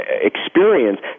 experience